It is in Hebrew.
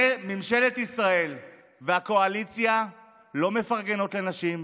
ממשלת ישראל והקואליציה לא מפרגנות לנשים,